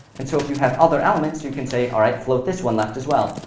and so if you have other elements, you can say, all right, float this one left as well.